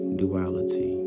duality